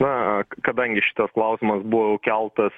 na kadangi šitas klausimas buvo jau keltas